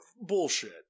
Bullshit